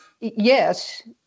Yes